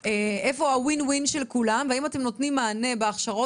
איפה ה-win win של כולם והאם אתם נותנים מענה בהכשרות